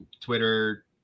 Twitter